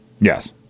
Yes